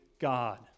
God